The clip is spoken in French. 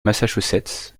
massachusetts